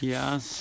Yes